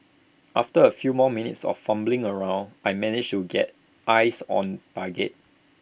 after A few more minutes of fumbling around I managed to get eyes on target